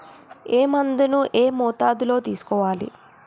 ఏ మందును ఏ మోతాదులో తీసుకోవాలి?